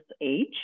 age